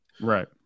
Right